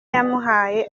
yamuhaye